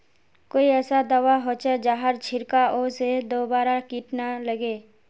कोई ऐसा दवा होचे जहार छीरकाओ से दोबारा किट ना लगे?